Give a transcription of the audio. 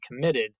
committed